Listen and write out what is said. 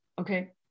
okay